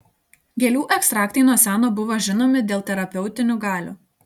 gėlių ekstraktai nuo seno buvo žinomi dėl terapeutinių galių